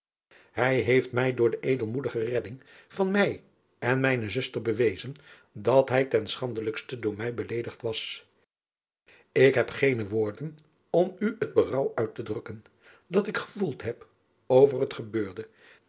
ij heeft mij door de edelmoedige redding van mij en mijne zuster bewezen dat hij ten schandelijkste door mij beleedigd was k heb geene woorden om u het berouw uit te drukken dat ik gevoeld heb over het gebeurde